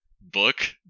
book